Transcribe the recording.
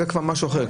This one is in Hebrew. זה כבר משהו אחר,